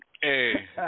Hey